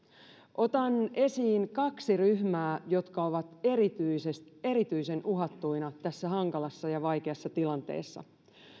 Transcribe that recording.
otan esiin kaksi ryhmää jotka ovat erityisen uhattuina tässä hankalassa ja vaikeassa tilanteessa